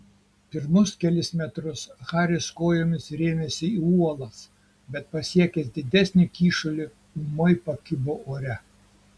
pirmus kelis metrus haris kojomis rėmėsi į uolas bet pasiekęs didesnį kyšulį ūmai pakibo ore